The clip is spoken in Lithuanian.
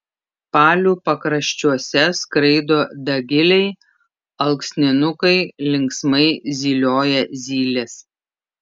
palių pakraščiuose skraido dagiliai alksninukai linksmai zylioja zylės